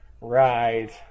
Right